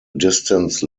distance